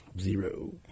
Zero